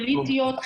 פוליטיות,